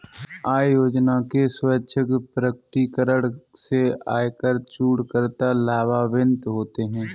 आय योजना के स्वैच्छिक प्रकटीकरण से आयकर चूककर्ता लाभान्वित होते हैं